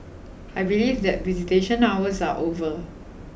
I believe that visitation hours are over